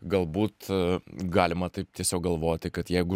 galbūt a galima taip tiesiog galvoti kad jeigu